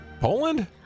Poland